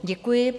Děkuji.